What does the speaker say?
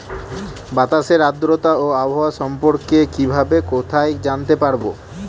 বাতাসের আর্দ্রতা ও আবহাওয়া সম্পর্কে কিভাবে কোথায় জানতে পারবো?